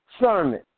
sermon